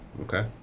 Okay